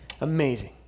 Amazing